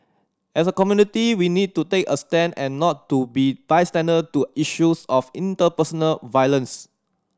as a community we need to take a stand and not to be bystander to issues of interpersonal violence